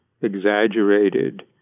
exaggerated